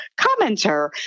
commenter